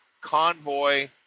Convoy